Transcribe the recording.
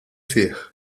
fih